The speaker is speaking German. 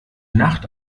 nacht